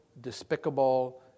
despicable